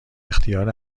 اختیار